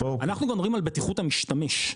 אנחנו מדברים על בטיחות המשתמש.